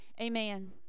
Amen